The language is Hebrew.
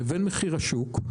לבין מחיר השוק,